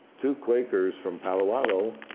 two quakers from palo alto,